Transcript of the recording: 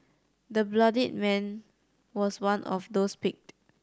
the bloodied man was one of those picked